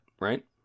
right